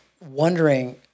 wondering